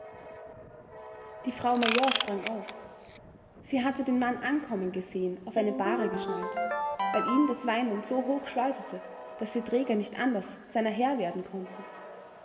die frau major sprang auf sie hatte den mann ankommen gesehen auf eine bahre geschnallt weil ihn das weinen so hoch schleuderte daß die träger nicht anders seiner herr werden konnten